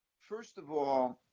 first of all.